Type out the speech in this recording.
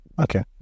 okay